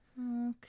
Okay